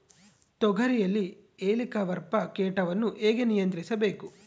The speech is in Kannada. ತೋಗರಿಯಲ್ಲಿ ಹೇಲಿಕವರ್ಪ ಕೇಟವನ್ನು ಹೇಗೆ ನಿಯಂತ್ರಿಸಬೇಕು?